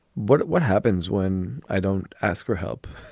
what what happens when i don't ask for help?